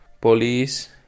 police